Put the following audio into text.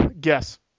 Guess